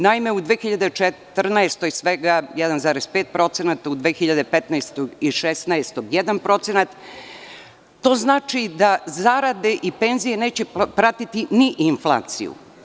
Naime, u 2014. godini svega 1,5%, u 2015. i 2016. godini 1%, što znači da zarade i penzije neće pratiti ni inflaciju.